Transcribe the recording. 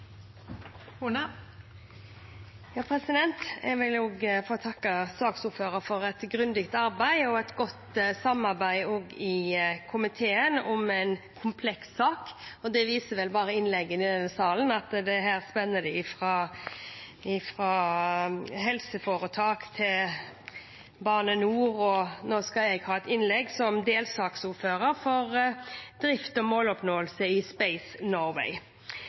Jeg vil også få takke saksordføreren for et grundig arbeid og for et godt samarbeid i komiteen om en kompleks sak. Innleggene i salen viser at her spenner det fra helseforetak til Bane NOR, og jeg skal nå ha et innlegg som delsaksordfører for drift og måloppnåelse i Space Norway.